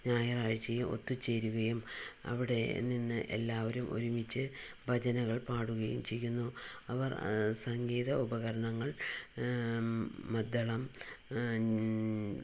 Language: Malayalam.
ഞായറാഴ്ച്ചയും ഒത്ത് ചേരുകയും അവിടെ നിന്ന് എല്ലാവരും ഒരുമിച്ച് ഭജനകൾ പാടുകയും ചെയ്യുന്നു അവർ സംഗീത ഉപകരണങ്ങൾ മദ്ദളം ഞ